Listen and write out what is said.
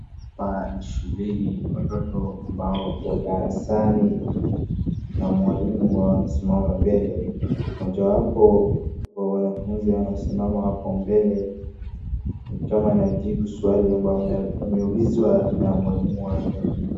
Hapa ni shuleni watoto aabao wako darasani na mwalimu wao anasimama mbele. Mojawapo wa wanafunzi anasimama hapo mbele ni kama anajibu swali ambayo ameulizwa na mwalimu wake.